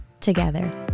together